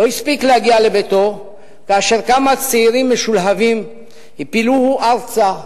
לא הספיק להגיע לביתו וכמה צעירים משולהבים הפילוהו ארצה,